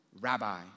rabbi